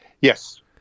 Yes